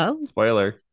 Spoiler